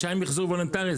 כשהיה מחזור וולונטרי,